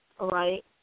right